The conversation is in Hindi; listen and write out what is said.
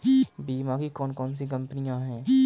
बीमा की कौन कौन सी कंपनियाँ हैं?